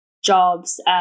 Jobs